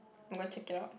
I'm gonna check it out